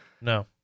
No